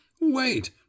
Wait